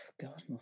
God